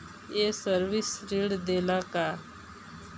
ये सर्विस ऋण देला का?